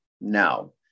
no